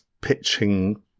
pitching